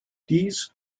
dies